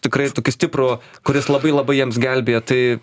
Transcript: tikrai tokį stiprų kuris labai labai jiems gelbėja tai